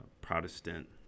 Protestant